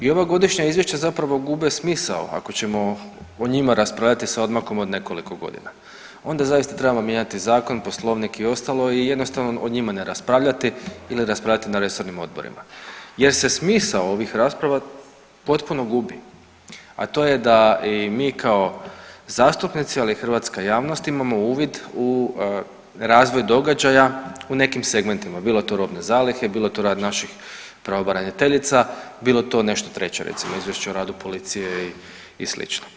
I ova godišnja izvješća zapravo gube smisao ako ćemo o njima raspravljati s odmakom od nekoliko godina, onda trebamo zaista mijenjati zakon, poslovnik i ostalo i jednostavno o njima ne raspravljati ili raspravljati na resornim odborima jer se smisao ovih rasprava potpuno gubi, a to je da i mi kao zastupnici, ali i hrvatska javnost imamo uvid u razvoj događaja u nekim segmentima, bilo to robne zalihe, bilo to rad naših pravobraniteljica, bilo to nešto treće recimo izvješće o radu policije i sl.